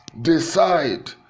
Decide